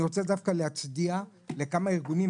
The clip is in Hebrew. אני רוצה להצדיע לכמה ארגונים,